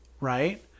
right